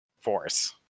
force